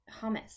hummus